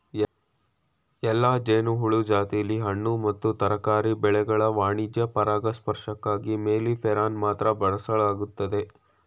ಎಲ್ಲಾ ಜೇನುಹುಳು ಜಾತಿಲಿ ಹಣ್ಣು ಮತ್ತು ತರಕಾರಿ ಬೆಳೆಗಳ ವಾಣಿಜ್ಯ ಪರಾಗಸ್ಪರ್ಶಕ್ಕಾಗಿ ಮೆಲ್ಲಿಫೆರಾನ ಮಾತ್ರ ಬಳಸಲಾಗ್ತದೆ